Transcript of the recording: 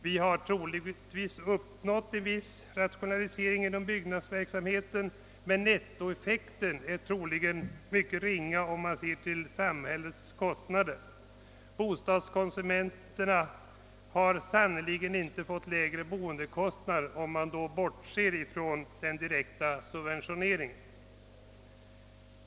En viss rationalisering har troligtvis uppnåtts inom byggnadsverksamheten, men nettoeffekten är antagligen mycket ringa om man ser till samhällets kostnader. Bostadskonsumenterna har sannerligen inte fått lägre boendekostnader, om man bortser från den direkta subventioneringen.